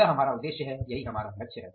यह हमारा उद्देश्य है यही लक्ष्य है